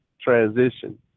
transition